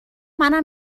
منم